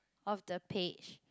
of the page